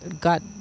got